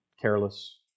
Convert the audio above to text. Careless